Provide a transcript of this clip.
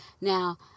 Now